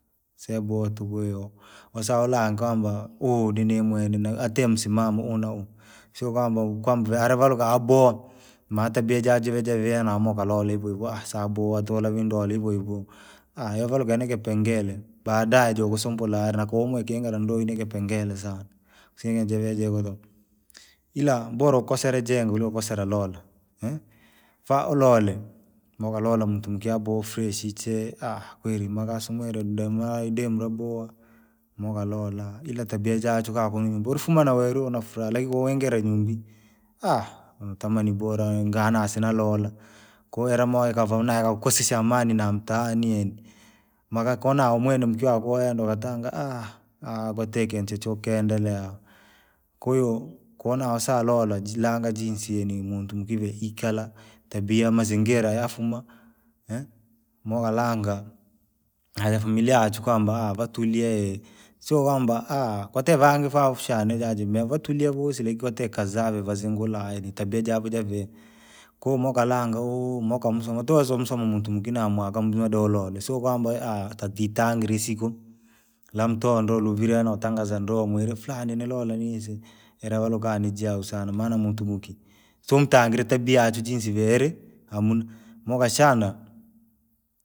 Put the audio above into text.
Sea aboa tuku iva, wosaulanga kwamba nine atie msimamo unau, sio kwamba kwamba vee alivaluke aboa, maa tabia jaa jive javia namukalole hivohivo sababu wantu vala vindo wale hivohivo, yavaluke ni kipengere, baadae jogusumbula alinakumwike ingala ndo inakipengere sana. Isinga jeve jagula, ila bora ukosele jingi kuliko ukosele lola, mfa- ulole, mukalonda muntu mukya boo chee, kweli magasamuele idemu labowa. Mukalola ila tabia ja chuka kunyumbi ulufuma na welu una furaha lakini kuingira inyumbii, nutamani bora nganasina lola, kuhera moikava kosisya amani na mtaani yaani, magakona umwene mkiwa gweene uvatanga kwati ikintu chokiendelea. Kwahiyo, koonawasa lola ji langa jii insie ni muntu mukive ikala, tabia mazingira yafuma, mukalanga, jafumila achuka kwamba avatulie, sio kwamba kwate vange va ushanile ajime vatulia vosili ikuti kazaa ivazingura iji tabia javo javiva. Koo mukalanga muka musuna tozo mosuna muntu mwingine amwaga mudinalolo sio kwamba tatitangira isiku, lamtondo luvia notangaza doo mwiri furani nilole minzi, ila waluka nijiu sana maana muntu muki, sountangire tabia yavchu jinsi viili, amuna, mukashana.